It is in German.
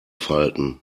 falten